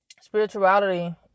spirituality